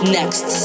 next